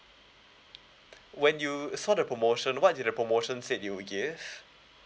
when you saw the promotion what did the promotion said they would give